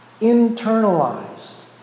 Internalized